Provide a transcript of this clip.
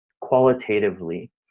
qualitatively